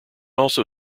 also